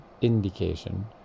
indication